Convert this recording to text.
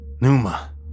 Numa